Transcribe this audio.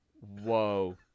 Whoa